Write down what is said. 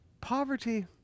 Poverty